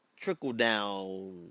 trickle-down